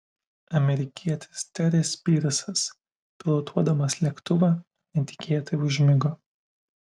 amerikietis teris pyrsas pilotuodamas lėktuvą netikėtai užmigo